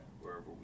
wherever